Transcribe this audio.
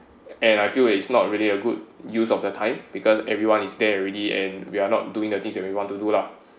and I feel it's not really a good use of the time because everyone is there already and we are not doing the things that we want to do lah